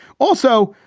also,